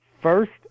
first